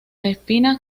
espinas